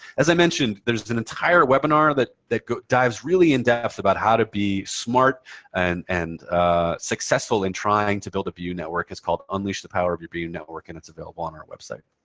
as i mentioned, there's an entire webinar that that dives really in-depth about how to be smart and and successful in trying to build a bu network. it's called unleash the power of your bu network, and it's available on our website.